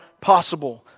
possible